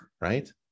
right